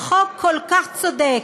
חוק כל כך צודק,